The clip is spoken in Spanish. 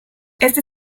este